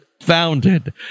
founded